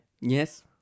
Yes